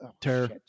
terror